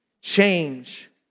Change